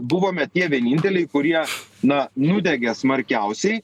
buvome tie vieninteliai kurie na nudegė smarkiausiai